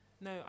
No